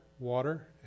water